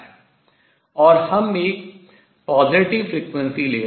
और हम एक positive frequency धनात्मक आवृत्ति ले रहे हैं